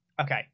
okay